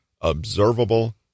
observable